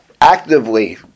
actively